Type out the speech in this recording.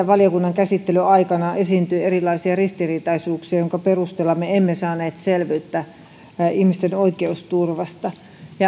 valiokunnan käsittelyn aikana esiintyi erilaisia ristiriitaisuuksia joiden perusteella me emme saaneet selvyyttä ihmisten oikeusturvasta